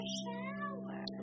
shower